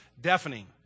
deafening